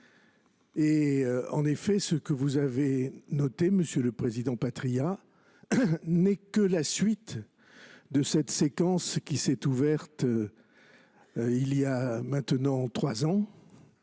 historiquement. Ce que vous avez noté, monsieur le président Patriat, n’est que la suite de cette séquence qui s’est ouverte il y a maintenant trois ans